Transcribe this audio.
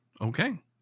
Okay